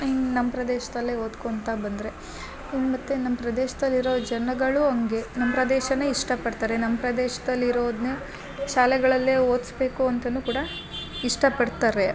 ಹಿಂಗೆ ನಮ್ಮ ಪ್ರದೇಶದಲ್ಲೆ ಓದ್ಕೊಳ್ತಾ ಬಂದರೆ ಮತ್ತು ನಮ್ಮ ಪ್ರದೇಶದಲ್ಲಿರೋ ಜನಗಳು ಹಂಗೇ ನಮ್ಮ ಪ್ರದೇಶನೆ ಇಷ್ಟ ಪಡ್ತಾರೆ ನಮ್ಮ ಪ್ರದೇಶ್ದಲ್ಲಿರೋದನ್ನೇ ಶಾಲೆಗಳಲ್ಲೇ ಓದ್ಸ್ಬೇಕು ಅಂತನು ಕೂಡ ಇಷ್ಟ ಪಡ್ತಾರೆ